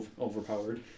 overpowered